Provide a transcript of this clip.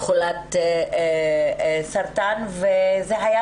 חולת סרטן, וזה היה